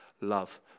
love